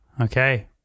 Okay